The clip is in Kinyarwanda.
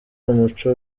umuco